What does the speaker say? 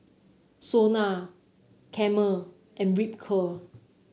Sona Camel and Ripcurl